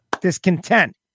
discontent